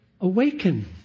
awaken